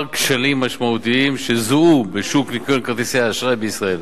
כשלים משמעותיים שזוהו בשוק ניכיון כרטיסי האשראי בישראל,